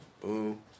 boom